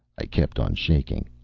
i kept on shaking.